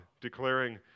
declaring